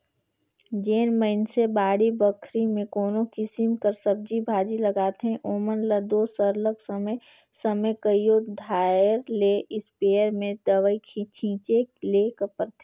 जेन मइनसे बाड़ी बखरी में कोनो किसिम कर सब्जी भाजी लगाथें ओमन ल दो सरलग समे समे कइयो धाएर ले इस्पेयर में दवई छींचे ले परथे